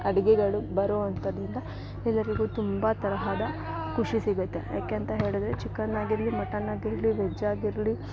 ಅಡಿಗೆಗಳು ಬರೋ ಅಂಥದ್ರಿಂದ ಎಲ್ಲರಿಗು ತುಂಬ ತರಹದ ಖುಷಿ ಸಿಗುತ್ತೆ ಯಾಕಂತ ಹೇಳಿದ್ರೆ ಚಿಕನಾಗಿರಲಿ ಮಟನಾಗಿರಲಿ ವೆಜ್ಜಾಗಿರಲಿ